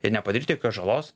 ir nepatirti žalos